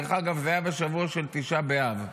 דרך אגב, זה היה בשבוע של תשעה באב.